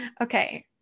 okay